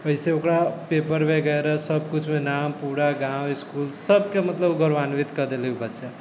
एहिसँ ओकरा पेपर वगैरह सबकिछुमे नाम पूरा गाँव इसकुल सबके मतलब गौरवान्वित कऽ देलै ओ बच्चा